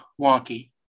wonky